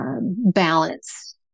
balance